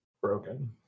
Broken